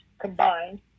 combined